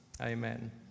amen